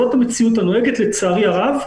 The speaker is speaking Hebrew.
זאת המציאות הנוהגת, לצערי הרב.